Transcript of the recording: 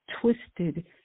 twisted